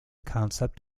concept